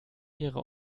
ihre